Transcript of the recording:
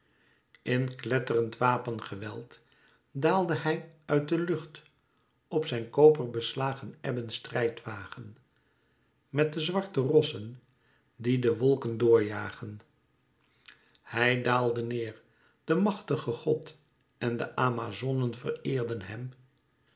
in kletterend wapengeweld daalde hij uit de lucht op zijn koperbeslagen ebben strijdwagen met de zwarte rossen die de wolken door jagen hij daalde neêr de machtige god en de amazonen vereerden hem